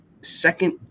second